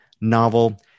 novel